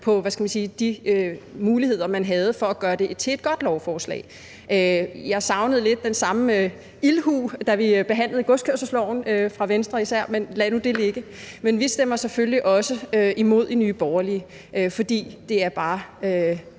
de muligheder, man havde for at gøre det til et godt lovforslag. Jeg savnede lidt den samme ildhu fra især Venstre, da vi behandlede godskørselsloven, men lad det nu ligge. Vi stemmer selvfølgelig også imod i Nye Borgerlige, for det er bare